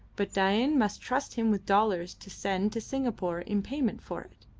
but dain must trust him with dollars to send to singapore in payment for it.